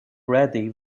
ready